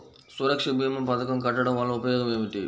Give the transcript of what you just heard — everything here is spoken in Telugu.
సురక్ష భీమా పథకం కట్టడం వలన ఉపయోగం ఏమిటి?